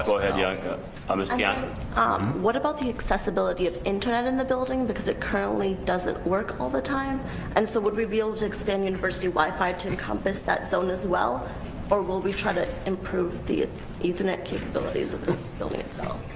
ah and yeah ah yeah and so yeah um what about the accessibility of internet in the building because it currently doesn't work all the time and so would we be able to expand university wi-fi to encompass that zone as well or will we try to improve the ethernet capabilities itself